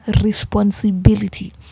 responsibility